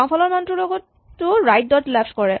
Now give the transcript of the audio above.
বাওঁফালৰ মানটোৰ লগতো ৰাইট ডট লেফ্ট কৰে